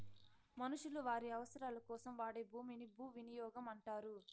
మనుషులు వారి అవసరాలకోసం వాడే భూమిని భూవినియోగం అంటారు